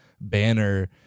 banner